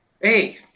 Hey